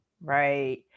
Right